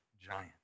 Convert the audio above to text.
giant